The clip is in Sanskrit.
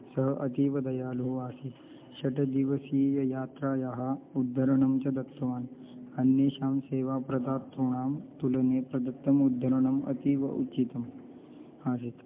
सः अतीवदयालुः आसीत् षट् दिवसीययात्रायाः उद्धरणं च दत्तवान् अन्येषां सेवाप्रदातॄणां तुलने प्रदत्तम् उद्धरणम् अतीव उचितम् आसीत्